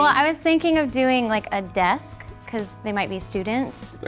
i was thinking of doing like a desk cause they might be students.